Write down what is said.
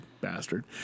bastard